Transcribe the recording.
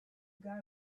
got